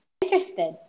interested